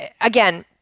again